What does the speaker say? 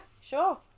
sure